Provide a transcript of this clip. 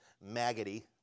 Maggoty